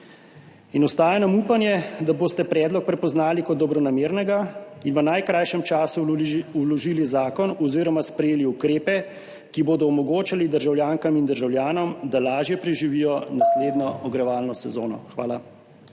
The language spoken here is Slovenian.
In ostaja nam upanje, da boste predlog prepoznali kot dobronamernega in v najkrajšem času vložili zakon oziroma sprejeli ukrepe, ki bodo omogočali državljankam in državljanom, da lažje preživijo naslednjo ogrevalno sezono. Hvala.